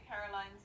Caroline's